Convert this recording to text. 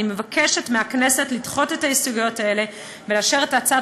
אני מבקשת מהכנסת לדחות את ההסתייגויות האלה ולאשר את הצעת